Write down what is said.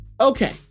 Okay